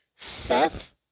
Seth